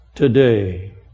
today